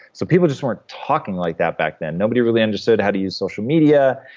so people just weren't talking like that back then. nobody really understood how to use social media,